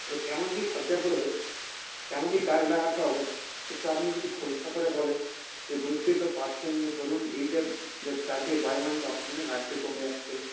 এবার কেমন কী খরচা পড়বে কেমন কী কাজ লাগাতে হবে একটু আপনি যদি খোলসা করে বলেন যে বুঝতেই তো পারছেন যে ধরুন এই যে যে চারদিকে বায়ুমণ্ডলে অক্সিজেনের ঘাটতি কমে যাচ্ছে